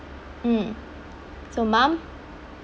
mm so mum